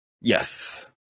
Yes